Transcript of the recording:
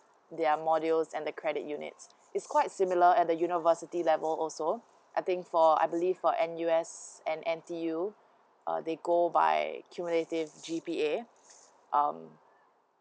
their module and that credit unit it's quite similar at the university level also I think for I believe for N_U_S and N_T_U uh they go by cumulative G_P_A um